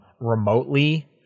remotely